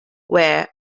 wear